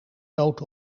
noot